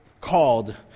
called